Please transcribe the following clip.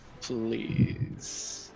please